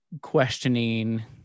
questioning